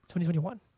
2021